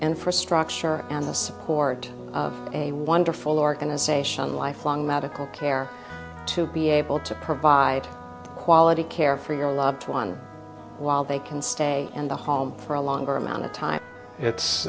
infrastructure and the support of a wonderful organization lifelong medical care to be able to provide quality care for your loved one while they can stay in the home for a longer amount of time it's